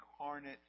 incarnate